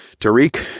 Tariq